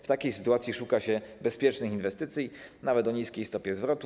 W takiej sytuacji szuka się bezpiecznej inwestycji, nawet o niskiej stopie zwrotu.